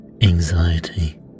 anxiety